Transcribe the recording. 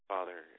Father